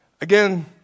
Again